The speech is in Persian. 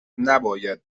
نباید